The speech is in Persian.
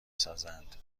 سازند